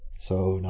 so.